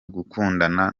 gukundana